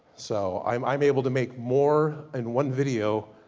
so i'm i'm able to make more in one video,